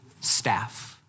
staff